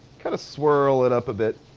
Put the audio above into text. kind of swirl it up a bit.